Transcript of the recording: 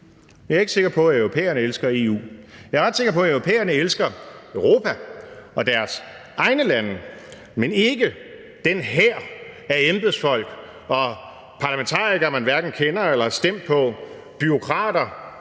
jeg er ikke sikker på, at europæerne elsker EU. Jeg er ret sikker på, at europæerne elsker Europa og deres egne lande, men ikke den hær af embedsfolk og parlamentarikere, som man hverken kender eller har stemt på, bureaukrater,